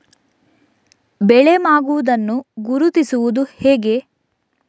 ಬೆಳೆ ಮಾಗುವುದನ್ನು ಗುರುತಿಸುವುದು ಹೇಗೆ?